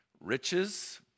Riches